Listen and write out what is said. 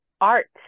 art